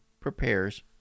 prepares